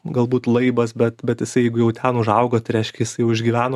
galbūt laibas bet bet jisai jeigu jau ten užaugo tai reiškia jisai jau išgyveno